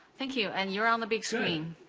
thank you. and you're on the big screen.